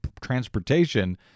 transportation